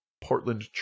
portland